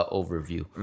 overview